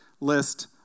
list